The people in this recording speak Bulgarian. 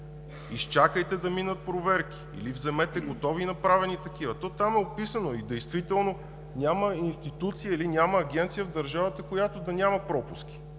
Изчакайте да минат проверки, или вземете готови направени такива. Там е описано. И действително няма институция или няма агенция в държавата, която да няма пропуски.